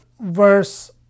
verse